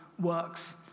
works